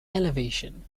elevation